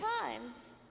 times